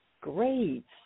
grades